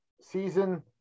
season